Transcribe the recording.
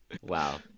Wow